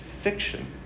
fiction